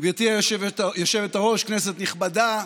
גברתי היושבת-ראש, כנסת נכבדה,